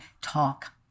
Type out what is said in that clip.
talk